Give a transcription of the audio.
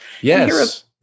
yes